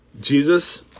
Jesus